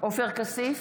עופר כסיף,